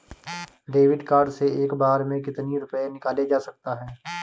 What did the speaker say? David card से एक बार में कितनी रूपए निकाले जा सकता है?